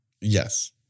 Yes